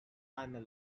final